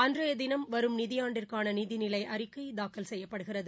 அன்றைய தினம் வரும் நிதியாண்டிற்கான நிதிநிலை அறிக்கை தாக்கல் செய்யப்படுகிறது